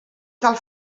cal